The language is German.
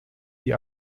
die